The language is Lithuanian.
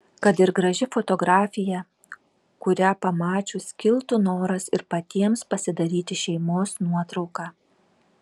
kad ir graži fotografija kurią pamačius kiltų noras ir patiems pasidaryti šeimos nuotrauką